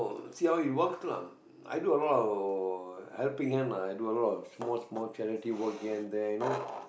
see how it works lah i do a lot of helping hand ah i do a lot of small small charity work here and there you know